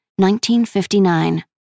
1959